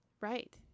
right